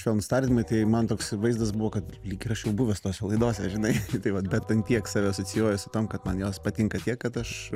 švelnūs tardymai tai man toks vaizdas buvo kad lyg ir aš jau buvęs tose laidose žinai tai vat bet bent tiek save asocijuoju su tuom kad man jos patinka tiek kad aš